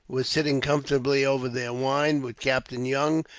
were sitting comfortably over their wine with captain young,